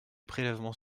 prélèvements